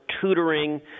tutoring